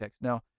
Now